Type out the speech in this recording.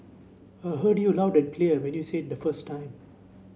I heard you loud and clear when you said it the first time